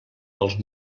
dels